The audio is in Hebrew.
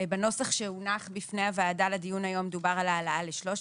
בנוסח שהונח בפני הוועדה לדיון היום דובר על העלאה ל-13,